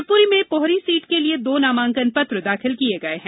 शिवपुरी में पोहरी सीट के लिये दो नामांकन पत्र दाखिल किये गये हैं